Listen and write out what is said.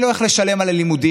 אין לו איך לשלם על הלימודים.